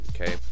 Okay